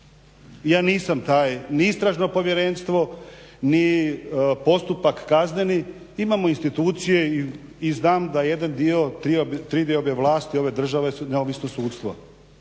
ja nisam taj ni istražno povjerenstvo ni postupak kazneni. Imamo institucije i znam da jedan dio trodiobe vlasti ove države su neovisno sudstvo.